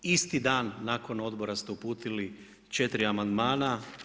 Isti dan nakon Odbora ste uputili 4 amandmana.